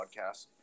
Podcast